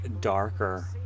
darker